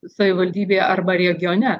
savivaldybėje arba regione